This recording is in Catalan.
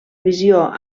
visió